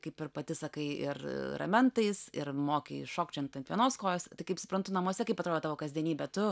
kaip ir pati sakai ir ramentais ir moki šokčiot ant vienos kojos tai kaip suprantu namuose kaip atrodo tavo kasdienybė tu